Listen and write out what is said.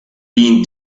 been